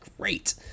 great